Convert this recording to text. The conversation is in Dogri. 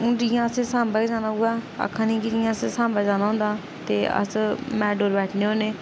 हून जियां असें सांबै गै जाना होग आक्खा दी कि जियां असें सांबै जाना होंदा ते अस मेटाडोर बैठने होन्ने